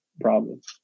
Problems